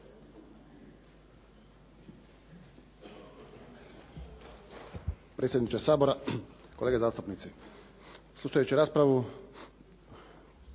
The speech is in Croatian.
Predsjedniče Sabora, kolege zastupnici. Slušajući raspravu,